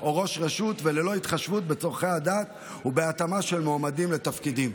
או של ראש רשות ללא התחשבות בצורכי הדת ובהתאמה של מועמדים לתפקידים.